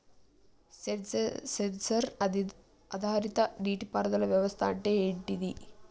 Censor ఆధారిత నీటి పారుదల వ్యవస్థ అంటే ఏమిటి?